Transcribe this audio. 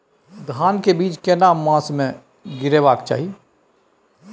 धान के बीज केना मास में गीराबक चाही?